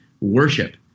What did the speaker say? worship